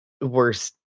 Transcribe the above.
worst